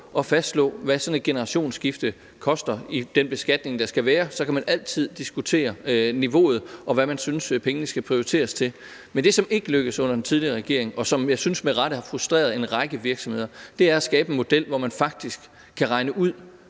at fastslå, hvad sådan et generationsskifte koster med den beskatning, der skal være. Så kan man altid diskutere niveauet, og hvad man synes pengene skal bruges til. Men det, som ikke lykkedes under den tidligere regering, og som med rette, synes jeg, har frustreret en række virksomheder, var at skabe en model, hvor man faktisk kan regne ud,